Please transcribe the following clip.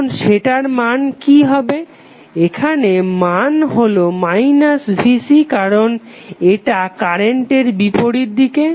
এখন সেটার মান কি হবে এখানে মান হলো vC কারণ এটা কারেন্টের বিপরীত দিকে